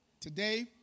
Today